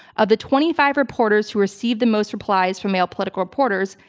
of the twenty five reporters who received the most replies from male political reporters,